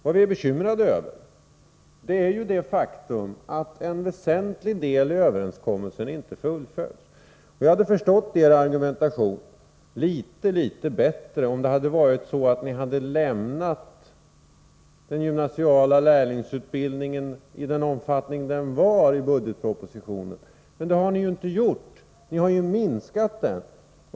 Vad vi är bekymrade över är det faktum att en väsentlig del i överenskommelsen inte fullföljs. Jag hade förstått er argumentation litet bättre, om ni hade lämnat den gymnasiala lärlingsutbildningen i den omfattning som den hade i budgetpropositionen. Men det har ni inte gjort, utan ni har minskat den.